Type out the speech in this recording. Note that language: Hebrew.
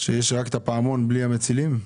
שיש רק את הפעמון בלי המצילים?